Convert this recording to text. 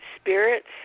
spirits